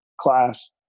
class